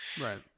Right